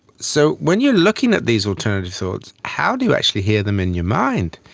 so when you're looking at these alternative thoughts, how do you actually hear them in your mind?